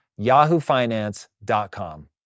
yahoofinance.com